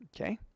okay